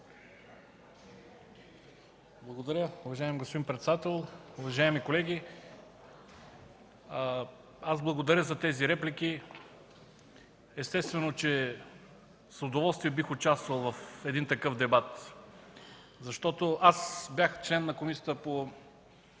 Благодаря, уважаеми господин председател. Уважаеми колеги, аз благодаря за тези реплики. Естествено, че с удоволствие бих участвал в един такъв дебат. Аз бях член на Комисията по